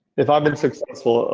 if i've been successful,